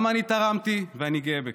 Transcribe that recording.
גם אני תרמתי, ואני גאה בכך.